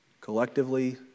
collectively